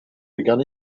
began